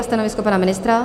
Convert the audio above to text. A stanovisko pana ministra?